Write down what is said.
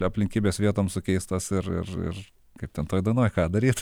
aplinkybės vietom sukeistos ir ir ir kaip ten toj dainoje ką daryt